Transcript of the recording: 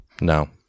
No